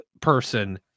person